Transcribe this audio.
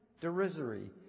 derisory